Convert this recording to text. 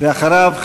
ואחריו,